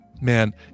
Man